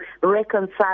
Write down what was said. reconcile